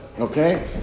Okay